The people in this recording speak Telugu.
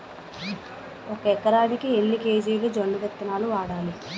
ఒక ఎకరానికి ఎన్ని కేజీలు జొన్నవిత్తనాలు వాడాలి?